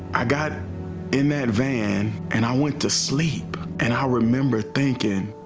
i got in that van and i went to sleep. and i remember thinking,